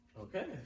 Okay